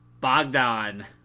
Bogdan